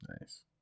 Nice